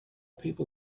people